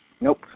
Nope